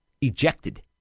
ejected